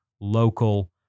local